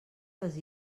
les